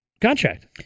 contract